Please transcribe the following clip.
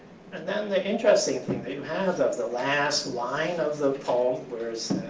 and then the interesting thing that you have of the last line of the poem, where it